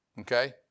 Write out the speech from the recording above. Okay